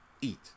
eat